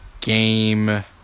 game